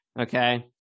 Okay